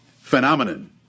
phenomenon